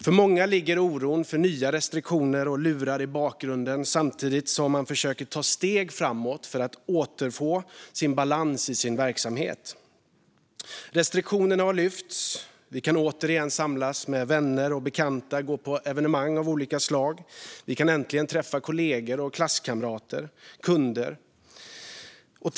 För många ligger oron för nya restriktioner och lurar i bakgrunden samtidigt som man försöker ta steg framåt för att återfå balans i sin verksamhet. Restriktionerna har lyfts, vi kan återigen samlas med vänner och bekanta och gå på evenemang av olika slag. Vi kan äntligen träffa kollegor, klasskamrater och kunder.